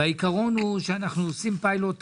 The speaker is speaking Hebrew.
העיקרון הוא שאנחנו עושים פיילוט ארוך.